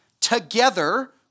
together